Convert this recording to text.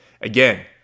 Again